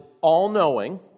all-knowing